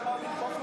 שהם באו לתקוף אותי?